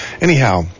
Anyhow